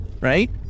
right